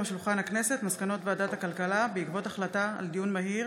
מסקנות ועדת הכלכלה בעקבות דיון מהיר